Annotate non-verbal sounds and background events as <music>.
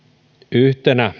yhtenä <unintelligible>